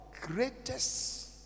greatest